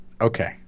Okay